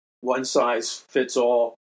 one-size-fits-all